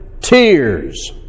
tears